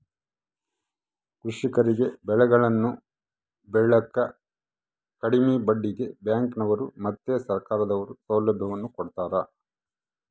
ಕೃಷಿಕರಿಗೆ ಬೆಳೆಗಳನ್ನು ಬೆಳೆಕ ಕಡಿಮೆ ಬಡ್ಡಿಗೆ ಬ್ಯಾಂಕಿನವರು ಮತ್ತೆ ಸರ್ಕಾರದವರು ಸೌಲಭ್ಯವನ್ನು ಕೊಡ್ತಾರ